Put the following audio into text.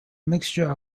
mixture